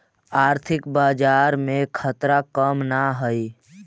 आर्थिक बाजार में खतरा कम न हाई